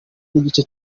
n’igice